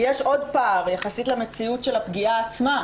יש עוד פער יחסית למציאות של הפגיעה עצמה,